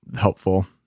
helpful